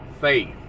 faith